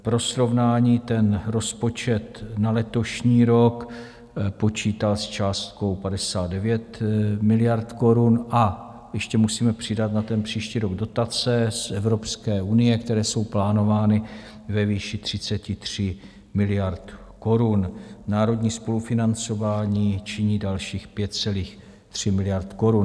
Pro srovnání, rozpočet na letošní rok počítá s částkou 59 miliard korun a ještě musíme přidat na příští rok dotace z Evropské unie, které jsou plánovány ve výši 33 miliard korun. Národní spolufinancování činí dalších 5,3 miliardy korun.